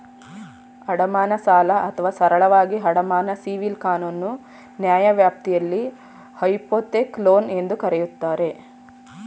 ಅಡಮಾನ ಸಾಲ ಅಥವಾ ಸರಳವಾಗಿ ಅಡಮಾನ ಸಿವಿಲ್ ಕಾನೂನು ನ್ಯಾಯವ್ಯಾಪ್ತಿಯಲ್ಲಿ ಹೈಪೋಥೆಕ್ ಲೋನ್ ಎಂದೂ ಕರೆಯುತ್ತಾರೆ